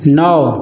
नओ